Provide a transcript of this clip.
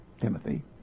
Timothy